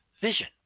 vision